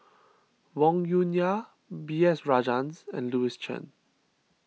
Wong Yoon Wah B S Rajhans and Louis Chen